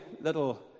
little